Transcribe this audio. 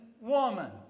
woman